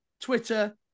Twitter